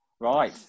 Right